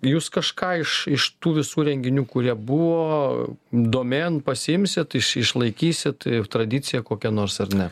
jūs kažką iš tų visų renginių kurie buvo domėn pasiimsit išlaikysit tradicija kokia nors ar ne